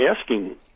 asking